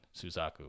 Suzaku